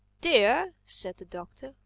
deer! said the doctor.